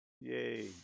Yay